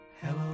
Hello